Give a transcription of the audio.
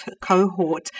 cohort